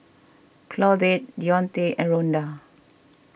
Claudette Deonte and Rhonda